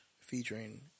featuring